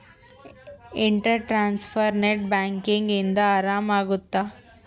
inter transfer net banking ಇಂದ ಆರಾಮ ಅಗುತ್ತ